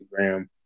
instagram